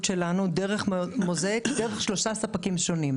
שלנו דרך Mosaic דרך שלושה ספקים שונים: